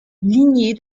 lignée